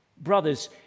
Brothers